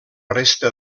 resta